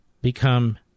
become